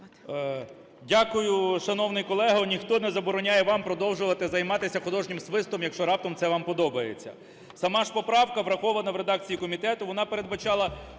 Дякую, шановний колего. Ніхто не забороняє вам продовжувати займатися художнім свистом, якщо раптом це вам подобається. Сама ж поправка врахована в редакції комітету, вона передбачала